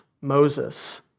Moses